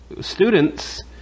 Students